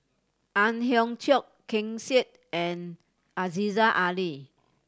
Ang Hiong Chiok Ken Seet and Aziza Ali